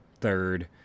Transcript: third